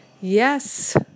Yes